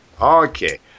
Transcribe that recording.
Okay